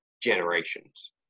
generations